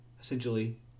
essentially